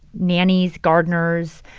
nannies, gardeners,